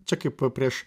čia kaip prieš